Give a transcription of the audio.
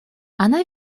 она